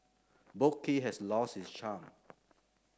Boat Quay has lost its charm